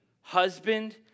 husband